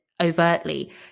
overtly